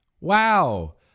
Wow